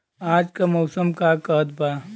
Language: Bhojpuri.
आज क मौसम का कहत बा?